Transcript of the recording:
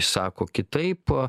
sako kitaip